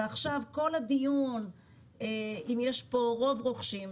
ועכשיו כל הדיון אם יש פה רוב רוכשים,